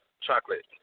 chocolate